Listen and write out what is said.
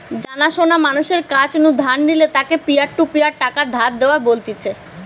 জানা শোনা মানুষের কাছ নু ধার নিলে তাকে পিয়ার টু পিয়ার টাকা ধার দেওয়া বলতিছে